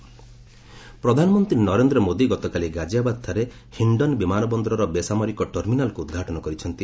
PM Ghaziabad ପ୍ରଧାନମନ୍ତ୍ରୀ ନରେନ୍ଦ୍ର ମୋଦି ଗତକାଲି ଗାଜିଆବାଦ ଠାରେ ହିଣ୍ଡନ୍ ବିମାନ ବନ୍ଦରର ବେସାମରିକ ଟର୍ମିନାଲକୁ ଉଦ୍ଘାଟନ କରିଛନ୍ତି